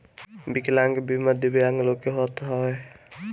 विकलांग बीमा दिव्यांग लोग के होत हवे